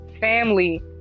family